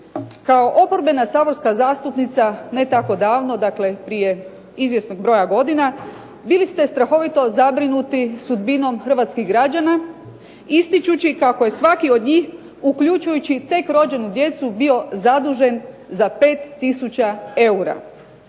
kao oporbena saborska zastupnica ne tako davno, dakle prije izvjesnog broja godina, bili ste strahovito zabrinuti sudbinom hrvatskih građana ističući kako je svaki od njih, uključujući tek rođenu djecu, bio zadužen za 5 tisuća eura.